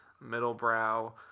middle-brow